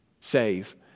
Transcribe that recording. save